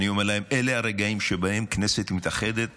ואני אומר להם: אלה הרגעים שבהם הכנסת מתאחדת